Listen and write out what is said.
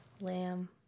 Lamb